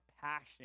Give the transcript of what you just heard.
passion